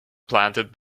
planted